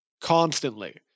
Constantly